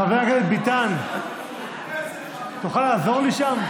חבר הכנסת ביטן, תוכל לעזור לי שם?